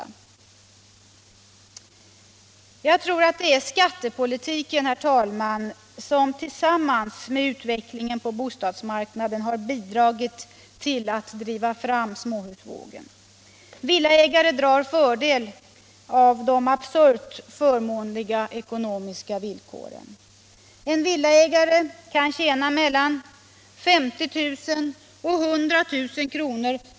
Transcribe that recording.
Jag tror, herr talman, att det är skattepolitiken som tillsammans med utvecklingen på bostadsmarknaden har bidragit till att driva fram småhusvågen. Villaägarna drar fördel av de absurt förmånliga ekonomiska villkoren. En villaägare kan på fem år tjäna mellan 50 000 och 100 000 kr.